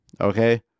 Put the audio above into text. Okay